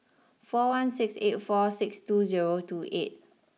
four one six eight four six two zero two eight